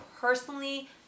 personally